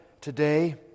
today